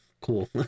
cool